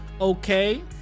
okay